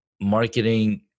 marketing